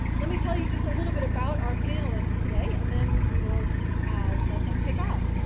let me tell you just a little bit about our panelists today and then we will let them kick off.